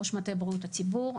ראש מטה בריאות הציבור,